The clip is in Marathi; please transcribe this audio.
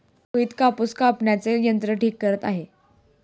रोहित कापूस कापण्याचे यंत्र ठीक करत आहे